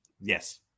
Yes